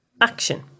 Action